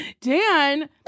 Dan